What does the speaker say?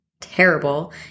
terrible